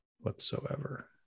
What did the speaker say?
whatsoever